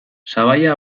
sabaia